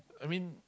I mean